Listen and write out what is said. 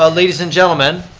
ah ladies and gentlemen,